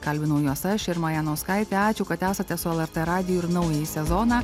kalbinau juos aš irma janauskaitė ačiū kad esate su lrt radiju ir naująjį sezoną